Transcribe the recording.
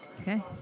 Okay